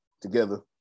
together